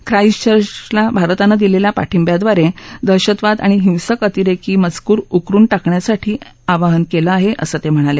Christ चर्चला भारतानहिलेल्या पाठिख्राद्वारे दहशतवाद आणि हिस्क अतिरेकी मजकूर उकरुन टाकण्यासाठी आवाहन केलआहे असति म्हणाले